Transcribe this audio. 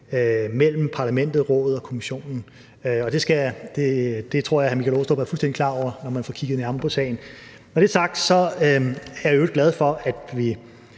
mellem Parlamentet, Rådet og Kommissionen helt grundlæggende, og det tror jeg hr. Michael Aastrup Jensen er fuldstændig klar over, når man får kigget nærmere på sagen. Når det er sagt, er jeg i øvrigt glad for, at vi